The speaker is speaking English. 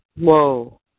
Whoa